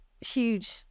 huge